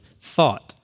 thought